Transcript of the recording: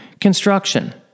Construction